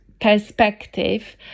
perspective